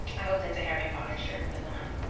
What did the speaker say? i hope that's a harry potter shirt, the nine.